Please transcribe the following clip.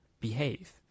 behave